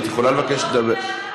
את יכולה לבקש לדבר.